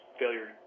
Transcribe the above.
failure